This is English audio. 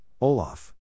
Olaf